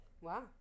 wow